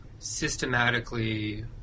systematically